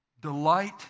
Delight